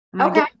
Okay